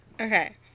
Okay